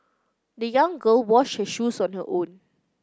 the young girl washed her shoes on her own